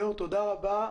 תודה רבה.